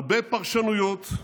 הרבה פרשנויות,